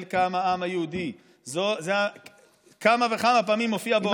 קם העם היהודי" כמה וכמה פעמים מופיע פה העם,